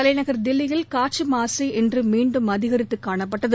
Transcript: தலைநகர் தில்லியில் காற்றுமாசு இன்று மீண்டும் அதிகரித்து காணப்பட்டது